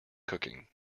cooking